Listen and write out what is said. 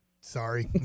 Sorry